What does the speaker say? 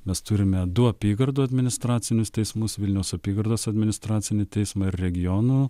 mes turime du apygardų administracinius teismus vilniaus apygardos administracinį teismą ir regionų